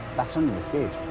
that's under the stage